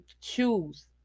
choose